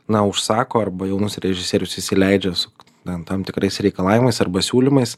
na užsako arba jaunus režisierius įsileidžia su tam tam tikrais reikalavimais arba siūlymais